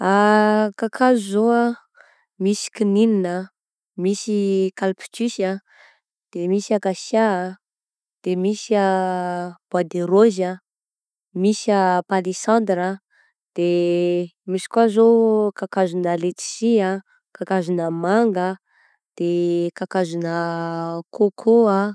Kakazo zao ah: misy kininina, misy ecaliptus ah, de misy akasia ah, de misy bois de rose ah, misy palisandra ah, de misy koa zao kakazona letisy ah, kakazona manga, de kakazona coco ah.